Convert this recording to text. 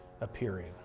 appearing